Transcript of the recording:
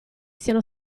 siano